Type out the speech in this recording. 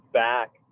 back